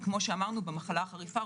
כאמור במחלה החריפה,